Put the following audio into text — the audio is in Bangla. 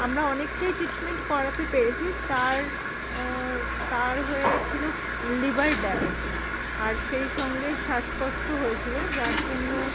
আমরা অনেকটাই ট্রিটমেন্ট করাতে পেরেছি তার তার হয়েছিল লিভার ড্যামেজ আর সেই সঙ্গে শ্বাসকষ্ট হয়েছিলো যার জন্য